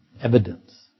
Evidence